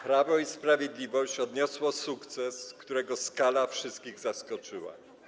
Prawo i Sprawiedliwość odniosło sukces, którego skala wszystkich zaskoczyła.